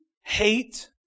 hate